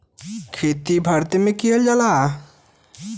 खेती भारते मे कइल जाला